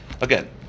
Again